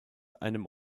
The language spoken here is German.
einem